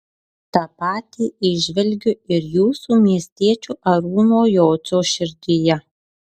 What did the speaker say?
tą patį įžvelgiu ir jūsų miestiečio arūno jocio širdyje